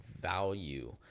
value